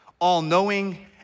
all-knowing